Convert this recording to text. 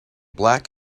black